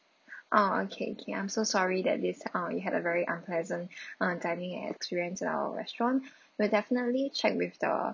ah okay okay I'm so sorry that this uh you had a very unpleasant uh dining experience at our restaurant we'll definitely check with the